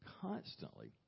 constantly